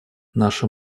наша